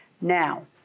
Now